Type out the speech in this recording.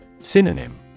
Synonym